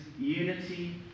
unity